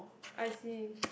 I see